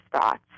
thoughts